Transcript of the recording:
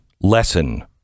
lesson